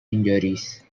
injuries